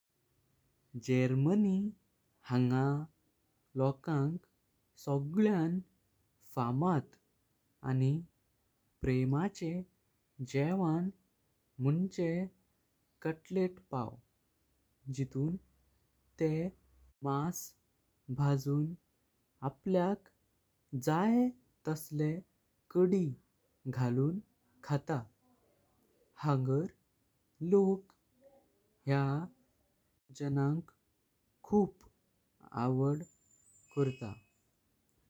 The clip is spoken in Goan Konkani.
जर्मनी हांगल्या लोकांक सगळ्यान फामात। आणि प्रेमाचे जेवन मुझें कटलेट्स पाव जितून तेह मास भजून आपल्याक जायें तशले कडी घालून खात। हांगर लोक ह्या जेनक खूप आवड करता।